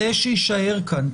שזה יישאר כאן.